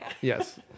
Yes